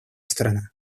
сторона